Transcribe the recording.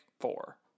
four